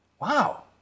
Wow